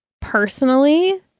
personally